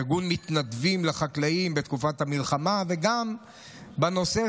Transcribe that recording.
ארגון מתנדבים לחקלאים בתקופת המלחמה וגם בנושא